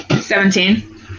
Seventeen